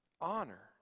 honor